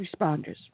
responders